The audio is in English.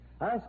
Ask